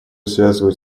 связывают